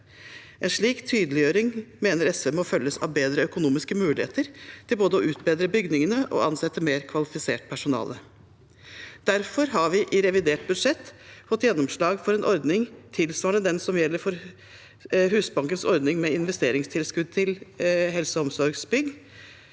En slik tydeliggjøring mener SV må følges av bedre økonomiske muligheter til både å utbedre bygningene og ansette mer kvalifisert personale. Derfor har vi i revidert budsjett fått gjennomslag for en ordning tilsvarende Husbankens ordning med investeringstilskudd til helse- og omsorgsbygg,